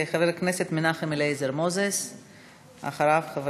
חבר הכנסת מנחם אליעזר מוזס, ואחריו, חבר